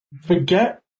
Forget